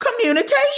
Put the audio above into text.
Communication